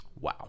Wow